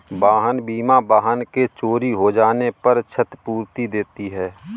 वाहन बीमा वाहन के चोरी हो जाने पर क्षतिपूर्ति देती है